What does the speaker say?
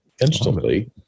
instantly